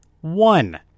One